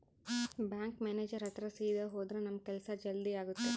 bank manager ಹತ್ರ ಸೀದಾ ಹೋದ್ರ ನಮ್ ಕೆಲ್ಸ ಜಲ್ದಿ ಆಗುತ್ತೆ